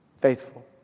Faithful